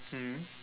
mm